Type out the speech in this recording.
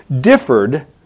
differed